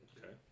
Okay